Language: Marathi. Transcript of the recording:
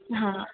हां